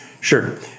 Sure